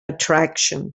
attraction